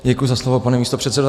Děkuji za slovo, pane místopředsedo.